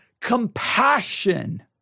compassion